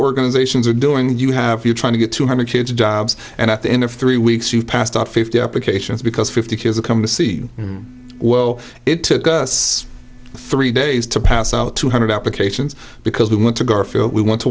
organizations are doing and you have you trying to get two hundred kids jobs and at the end of three weeks you've passed out fifty applications because fifty kids come to see well it took us three days to pass out two hundred applications because we want to garfield we want to